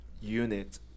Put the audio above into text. unit